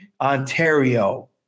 Ontario